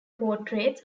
portraits